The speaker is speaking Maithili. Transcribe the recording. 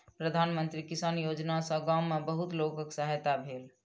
प्रधान मंत्री किसान योजना सॅ गाम में बहुत लोकक सहायता भेल